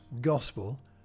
gospel